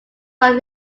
ran